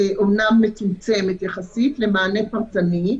אומנם מצומצמת יחסית למענה פרטני,